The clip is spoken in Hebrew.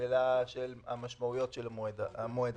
בשאלת המשמעויות של המועד הזה.